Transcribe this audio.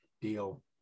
deal